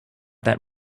that